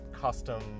custom